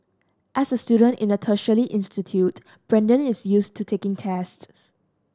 as a student in a tertiary institute Brandon is used to taking tests